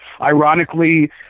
ironically